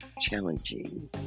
challenging